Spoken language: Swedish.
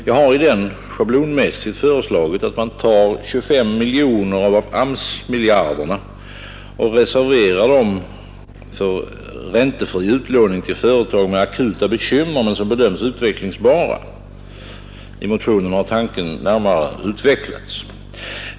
Jag har i den motionen schablonmässigt föreslagit att man tar 25 miljoner av AMS-miljarderna och reserverar dem för räntefri utlåning till företag som har akuta bekymmer men som bedöms utvecklingsbara. I motionen har tanken utvecklats närmare.